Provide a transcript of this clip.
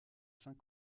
saint